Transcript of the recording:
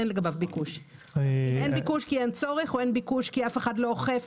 אין ביקוש כי אין צורך או כי אף אחד לא אוכף.